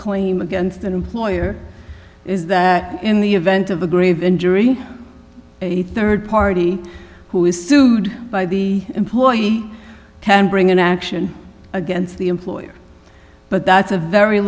claim against an employer is that in the event of a grave injury a rd party who is sued by the employee can bring an action against the employer but that's a very